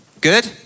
good